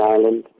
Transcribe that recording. Island